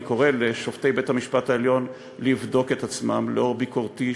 אני קורא לשופטי בית-המשפט העליון לבדוק את עצמם לאור ביקורתי,